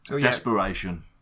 Desperation